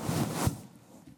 כבוד היו"ר,